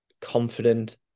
confident